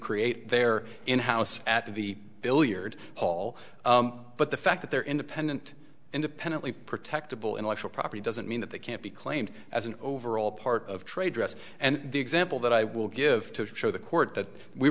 create their in house at the billiard hall but the fact that they're independent independently protectable intellectual property doesn't mean that they can't be claimed as an overall part of trade dress and the example that i will give to show the court that we